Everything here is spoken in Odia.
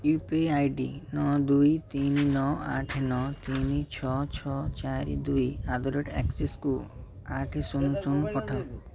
ୟୁ ପି ଆଇ ଡି ନଅ ଦୁଇ ତିନି ନଅ ଆଠ ନଅ ତିନି ଛଅ ଛଅ ଚାରି ଦୁଇ ଆଟ୍ ଦ ରେଟ୍ ଏକ୍ସିସ୍କୁ ଆଠ ଶୂନ ଶୂନ ପଠାଇବ